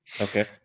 okay